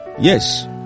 yes